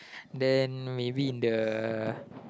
then maybe in the